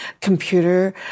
computer